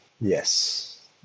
Yes